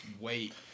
wait